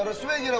and swag. you know